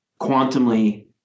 quantumly